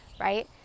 right